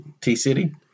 T-City